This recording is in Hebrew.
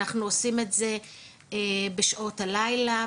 אנחנו עושים את זה בשעות הלילה,